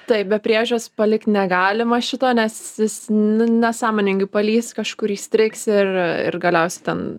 taip be priežiūros palikt negalima šito nes jis nu nesąmoningai palįs kažkur įstrigs ir ir galiausiai ten